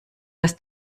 das